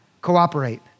cooperate